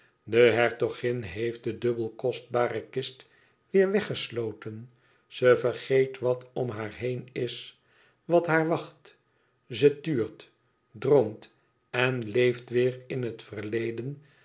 de hertogin heeft de dubbel kostbare kist weêr weggesloten ze vergeet wat om haar heen is wat haar wacht ze tuurt droomt en leeft weêr in het verleden